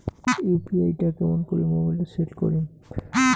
UPI টা কেমন করি মোবাইলত সেট করিম?